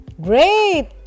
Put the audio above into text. great